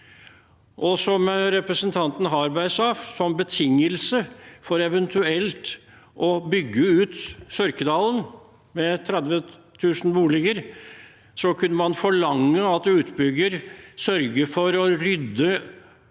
Som representanten Harberg sa, kunne man som betingelse for eventuelt å bygge ut Sørkedalen med 30 000 boliger forlange at utbygger sørger for å rydde